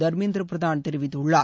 தர்மேந்திரப் பிரதான் தெரிவித்துள்ளார்